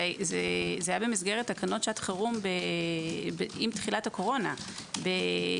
זה היה במסגרת תקנות שעת חירום עם תחילת הקורונה במרס